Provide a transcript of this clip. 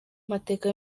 amateka